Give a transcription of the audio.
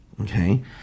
okay